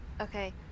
Okay